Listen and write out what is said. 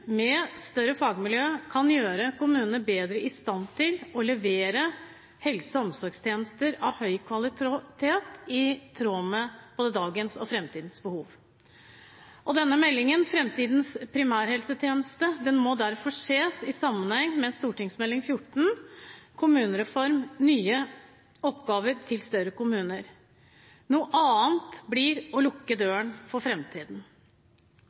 med større fagmiljøer – kan gjøre kommunene bedre i stand til å levere helse- og omsorgstjenester av høy kvalitet i tråd med både dagens og framtidens behov. Denne meldingen, Fremtidens primærhelsetjeneste – nærhet og helhet, må derfor ses i sammenheng med Meld. St. 14 for 2014–2015, Kommunereformen – nye oppgaver til større kommuner. Noe annet blir å lukke døren til framtiden, for